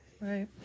Right